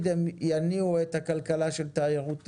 הם יניעו את הכלכלה של התיירות הנכנסת.